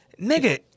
Nigga